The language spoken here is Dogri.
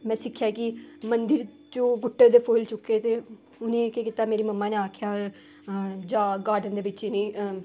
में सिक्खेआ कि मंदर च ओह् गुट्टे दे फुल्ल चुक्के ते उ'नेंगी केह् कीता मेरी मम्मा ने आखेआ जा गार्डन दे बिच्च इ'नें